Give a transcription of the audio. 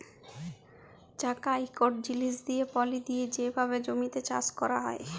চাকা ইকট জিলিস দিঁয়ে পলি দিঁয়ে যে ভাবে জমিতে চাষ ক্যরা হয়